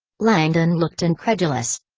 langdon looked incredulous.